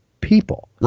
people